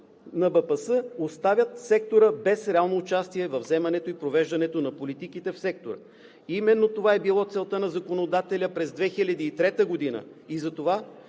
на НБПС, оставят сектора без реално участие във вземането и провеждането на политиките в сектора. Именно това е била целта на законодателя през 2003 г. и затова